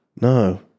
No